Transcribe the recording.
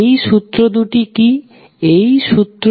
এই দুটি সূত্র কি